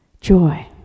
Joy